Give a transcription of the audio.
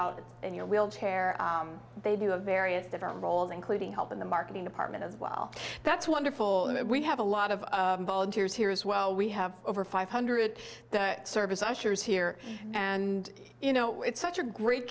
of your wheelchair they do a various different roles including help in the marketing department as well that's wonderful we have a lot of volunteers here as well we have over five hundred service i'm sure is here and you know it's such a great